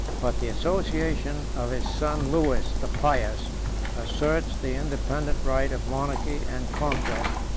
but the association of his son lewis the pious asserts the independent right of monarchy and conquest,